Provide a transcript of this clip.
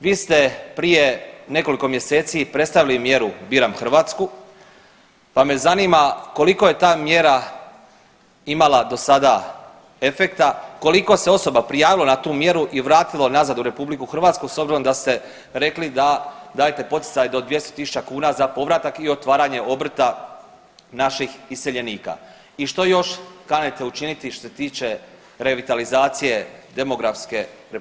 Vi ste prije nekoliko mjeseci predstavili mjeru Biram Hrvatsku, pa me zanima koliko je ta mjera imala dosada efekta, koliko se osoba prijavilo na tu mjeru i vratilo nazad u RH s obzirom da ste rekli da dajete poticaj do 200.000 kuna za povratak i otvaranje obrta naših iseljenika i što još kanite učiniti što se tiče revitalizacije demografske RH.